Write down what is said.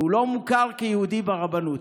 והוא לא מוכר כיהודי ברבנות.